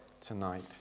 tonight